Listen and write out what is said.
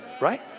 right